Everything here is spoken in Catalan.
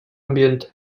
ambient